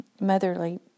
motherly